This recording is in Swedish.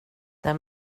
den